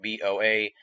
BOA